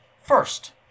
first